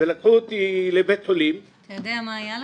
ולקחו אותי לבית חולים --- אתה יודע מה היה לך?